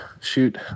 shoot